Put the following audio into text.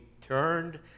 turned